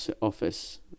office